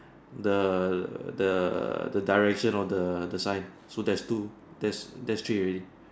the the the direction on the on the sign so there's two that's that's three really